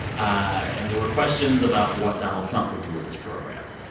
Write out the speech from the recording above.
and there were questions about what donald trump would do with this program.